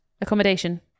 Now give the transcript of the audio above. accommodation